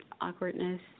awkwardness